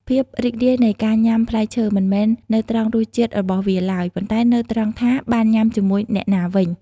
ភាពរីករាយនៃការញ៉ាំផ្លែឈើមិនមែននៅត្រង់រសជាតិរបស់វាឡើយ ប៉ុន្តែនៅត្រង់ថាបានញ៉ាំជាមួយអ្នកណាវិញ។